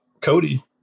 Cody